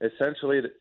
essentially